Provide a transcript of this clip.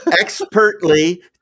expertly